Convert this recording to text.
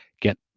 get